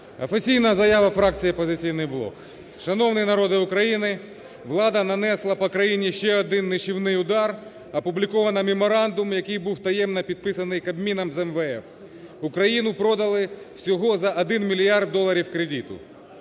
Офіційна заява фракції "Опозицій блок". Шановний народе України! Влада нанесла по країні ще один нищівний удар, опубліковано меморандум, який був таємно підписаний Кабміном з МВФ. Україну продали всього за 1 мільярд доларів кредиту.